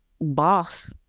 Boss